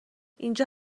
اینجا